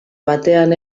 batean